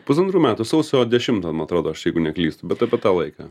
pusantrų metų sausio dešimtą man atrodo aš jeigu neklystu bet apie tą laiką